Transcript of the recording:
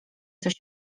coś